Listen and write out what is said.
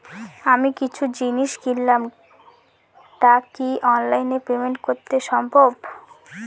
আমি কিছু জিনিস কিনলাম টা কি অনলাইন এ পেমেন্ট সম্বভ?